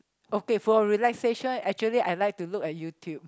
okay for relaxation actually I like to look at YouTube